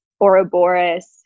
Ouroboros